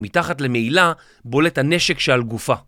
מתחת למעילה בולט הנשק שעל גופה